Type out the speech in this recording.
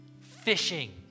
Fishing